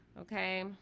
okay